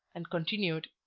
and continued